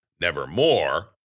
nevermore